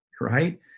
right